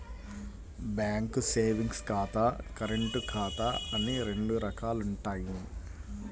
bank savings ఖాతా, current ఖాతా అని రెండు రకాలుంటయ్యి